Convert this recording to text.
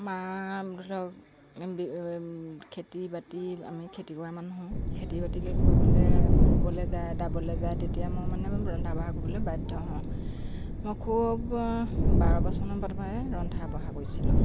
মা ধৰি লওঁক খেতি বাতি আমি খেতি কৰা মানুহ খেতি বাতি কৰিবলৈ ৰুবলৈ যায় দাবলৈ যায় তেতিয়া মানে মই ৰন্ধা বঢ়া কৰিবলৈ বাধ্য হওঁ মই খুব বাৰ বছৰ মানৰ পৰাই ৰন্ধা বঢ়া কৰিছিলোঁ